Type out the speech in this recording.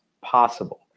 possible